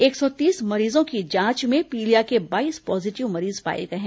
एक सौ तीस मरीजों की जांच में पीलिया के बाईस पॉजिटिव मरीज पाए गए हैं